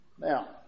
Now